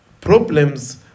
problems